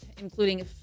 including